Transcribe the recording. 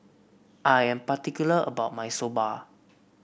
I am particular about my Soba